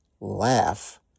laugh